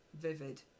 vivid